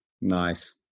Nice